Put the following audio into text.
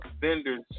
vendor's